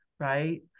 Right